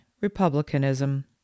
republicanism